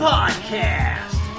Podcast